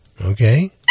Okay